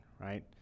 right